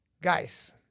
Guys